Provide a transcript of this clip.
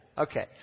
Okay